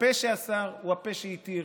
הפה שאסר הוא הפה שהתיר.